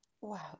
Wow